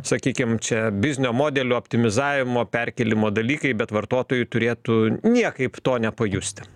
sakykim čia biznio modelių optimizavimo perkėlimo dalykai bet vartotojai turėtų niekaip to nepajusti